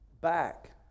back